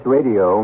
Radio